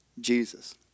Jesus